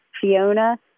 Fiona